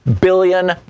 billion